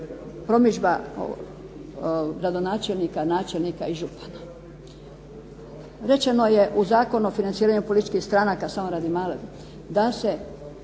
promidžba gradonačelnika, načelnika i župana. Rečeno je u Zakonu o financiranju političkih stranaka da se